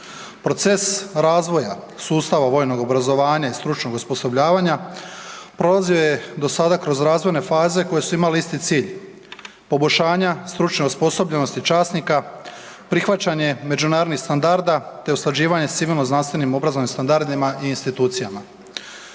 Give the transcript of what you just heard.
Proces razvoja sustava vojnog obrazovanja i stručnog osposobljavanja, prolazio je do sada kroz razvojne faze koje su imale isti cilj. Poboljšanja stručne osposobljenosti časnika, prihvaćanje međunarodnih standarda te usklađivanje s civilno-znanstvenim obrazovnim standardima i institucijama.